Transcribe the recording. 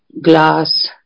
glass